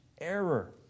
error